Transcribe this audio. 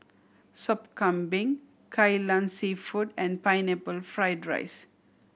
Sop Kambing Kai Lan Seafood and Pineapple Fried rice